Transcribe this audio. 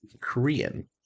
Korean